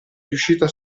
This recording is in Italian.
riuscita